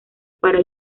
para